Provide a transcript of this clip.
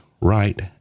right